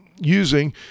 using